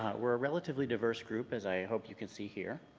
we're a relatively diverse group as i hope you can see here.